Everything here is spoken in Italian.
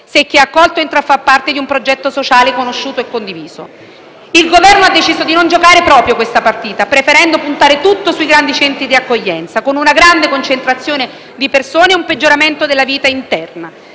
se chi è accolto entra a far parte di un progetto sociale conosciuto e condiviso. Il Governo ha deciso di non giocare proprio questa partita, preferendo puntare tutto sui grandi centri di accoglienza, con una grande concentrazione di persone, un peggioramento della vita interna